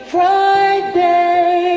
Friday